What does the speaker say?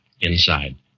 inside